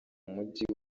mujyi